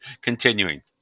continuing